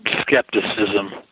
skepticism